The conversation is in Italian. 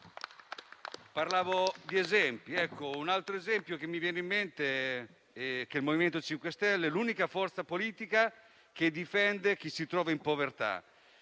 comune. Un altro esempio che mi viene in mente è che il MoVimento 5 Stelle è l'unica forza politica che difende chi si trova in povertà,